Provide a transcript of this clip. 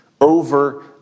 over